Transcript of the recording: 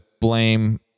blame